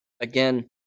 Again